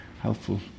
helpful